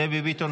דבי ביטון,